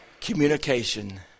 communication